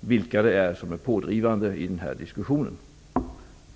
vilka det är som är pådrivande i diskussionen.